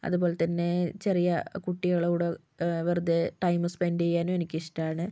അതുപോലെ തന്നെ ചെറിയ കുട്ടികളുടെക്കൂടെ വെറുതെ ടൈം സ്പെൻഡ് ചെയ്യാനും എനിക്ക് ഇഷ്ടമാണ്